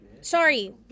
Sorry